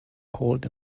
cold